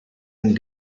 and